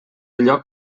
lloc